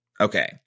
Okay